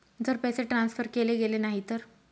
जर पैसे ट्रान्सफर केले गेले नाही तर?